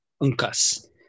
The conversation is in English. Uncas